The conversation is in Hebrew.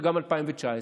וגם ב-2019.